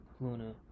Luna